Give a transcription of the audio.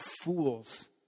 fools